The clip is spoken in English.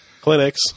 clinics